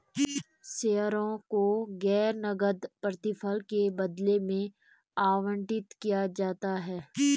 शेयरों को गैर नकद प्रतिफल के बदले में आवंटित किया जाता है